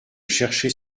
chercher